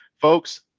folks